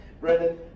Brendan